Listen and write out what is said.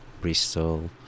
bristol